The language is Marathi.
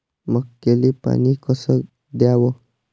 मक्याले पानी कस द्याव?